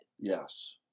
Yes